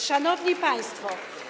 Szanowni Państwo!